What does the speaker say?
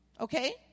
Okay